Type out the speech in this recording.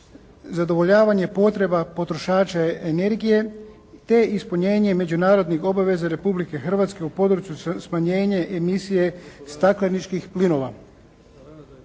zadovoljavanjem potreba potrošača energije te ispunjenje međunarodnih obaveza Republike Hrvatske u području smanjenja emisije stakleničkih plinova.